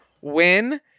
win